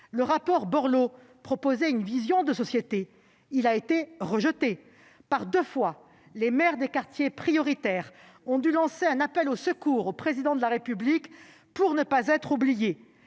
Le rapport Borloo proposait une vision de société ; il a été rejeté. Par deux fois, les maires des quartiers prioritaires ont dû lancer un appel au secours au Président de la République pour ne pas être oubliés.